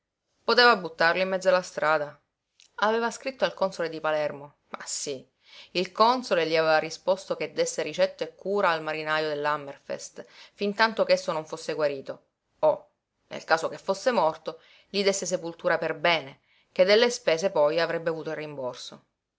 poteva buttarlo in mezzo alla strada aveva scritto al console di palermo ma sí il console gli aveva risposto che desse ricetto e cura al marinajo dell'hammerfest fin tanto che esso non fosse guarito o nel caso che fosse morto gli desse sepoltura per bene che delle spese poi avrebbe avuto il rimborso